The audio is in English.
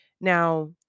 Now